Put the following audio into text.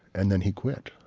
and then he quit